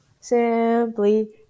simply